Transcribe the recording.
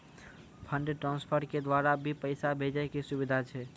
Fund transfer के द्वारा भी पैसा भेजै के सुविधा छै?